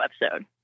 episode